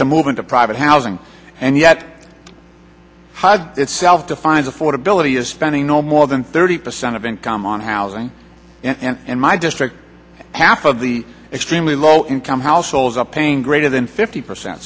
to move into private housing and yet hive itself defines affordability is spending no more than thirty percent of income on housing and my district half of the extremely low income households up paying greater than fifty percent